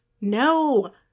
No